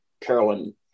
Carolyn